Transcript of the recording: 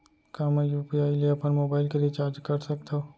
का मैं यू.पी.आई ले अपन मोबाइल के रिचार्ज कर सकथव?